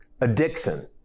addiction